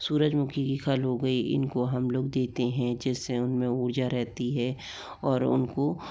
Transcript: सूरजमुखी की खल हो गई इनको हमलोग देते हैं जिससे उनमें उर्जा रहती है और उनको